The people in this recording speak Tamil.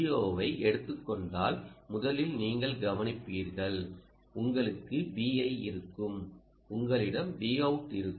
ஓ ஐ எடுத்துக் கொண்டால் முதலில் நீங்கள் கவனிப்பீர்கள் உங்களுக்கு Vi இருக்கும் உங்களிடம் Vout இருக்கும்